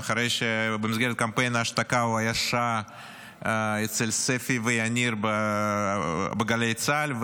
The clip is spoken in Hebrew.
ואחרי שבמסגרת קמפיין ההשתקה הוא היה אצל ספי ויניר בגלי צה"ל,